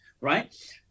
right